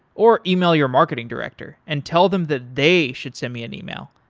or email your marketing director and tell them that they should send me an email,